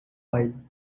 while